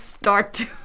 start